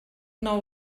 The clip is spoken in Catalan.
nou